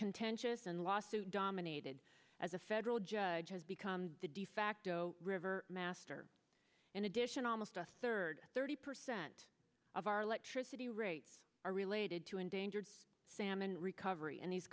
contentious and lawsuit dominated as a federal judge has become the de facto river master in addition almost a third thirty percent of our electricity rates are related to endangered salmon recovery and the